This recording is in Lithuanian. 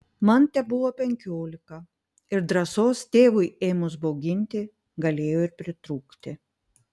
man tebuvo penkiolika ir drąsos tėvui ėmus bauginti galėjo ir pritrūkti